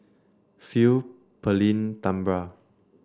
Phil Pearlene Tambra